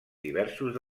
diversos